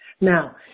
Now